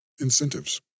incentives